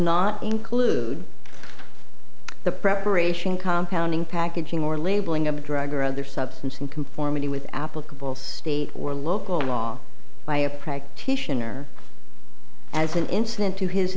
not include the preparation compound ing packaging or labeling of a drug or other substance and compare me with applicable state or local law by a practitioner as an incident to his